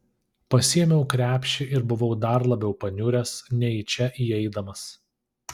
pasiėmiau krepšį ir buvau dar labiau paniuręs nei į čia įeidamas